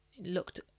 looked